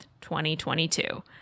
2022